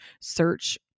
search